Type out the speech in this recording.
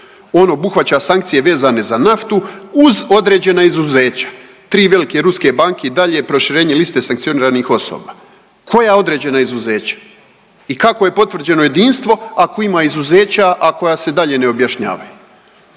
On obuhvaća sankcije vezane za naftu uz određena izuzeća tri velike ruske banke i dalje proširenje liste sankcioniranih osoba. Koja određena izuzeća? I kako je potvrđeno jedinstvo ako ima izuzeća, a koja se dalje ne objašnjavaju?